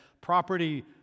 property